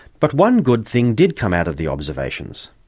but one good thing did come out of the observations.